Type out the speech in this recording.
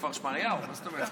בכפר שמריהו, מה זאת אומרת.